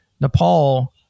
Nepal